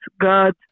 God